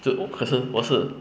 就可是我是